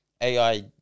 AI